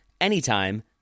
anytime